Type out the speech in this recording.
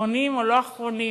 אחרונים או לא אחרונים,